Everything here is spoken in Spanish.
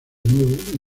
nuevo